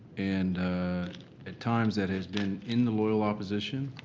and at times that has been in the loyal opposition.